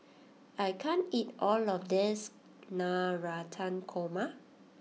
I can't eat all of this Navratan Korma